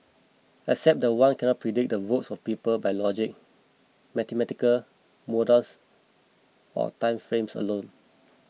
except that one cannot predict the votes of the people by logic mathematical models or time frames alone